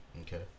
Okay